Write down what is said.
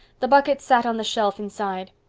the bucket sat on the shelf inside.